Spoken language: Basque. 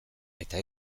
eta